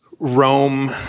Rome